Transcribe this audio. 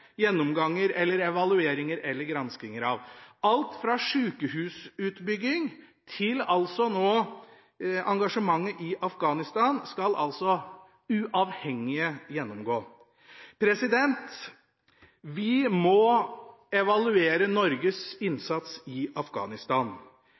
gjennomganger, evalueringer eller granskninger av. Alt fra sjukehusutbygging til nå engasjementet i Afghanistan skal altså uavhengige gjennomgå. Vi må evaluere Norges